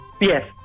Yes